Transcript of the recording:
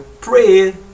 pray